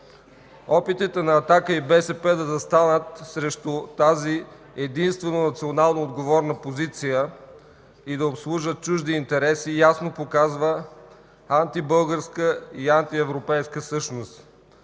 Опитите на „Атака” и БСП да застанат срещу тази единствено национално отговорна позиция и да обслужат чужди интереси ясно показват антибългарска и антиевропейска същност.